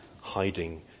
hiding